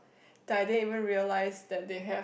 that I didn't even realise that they have